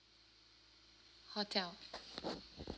hotel